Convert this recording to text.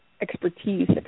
expertise